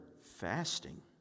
fasting